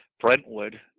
Brentwood